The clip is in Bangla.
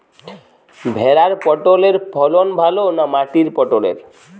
ভেরার পটলের ফলন ভালো না মাটির পটলের?